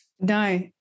No